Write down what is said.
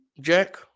Jack